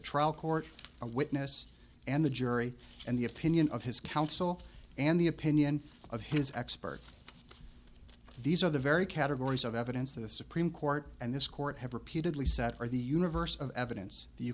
trial court a witness and the jury and the opinion of his counsel and the opinion of his expert these are the very categories of evidence the supreme court and this court have repeatedly said or the universe of evidence you